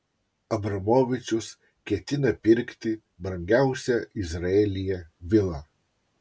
abramovičius ketina pirkti brangiausią izraelyje vilą